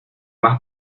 más